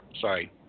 sorry